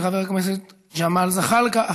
של חבר הכנסת ג'מאל זחאלקה,